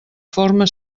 forma